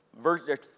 Verse